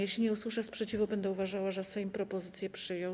Jeżeli nie usłyszę sprzeciwu, będę uważała, że Sejm propozycję przyjął.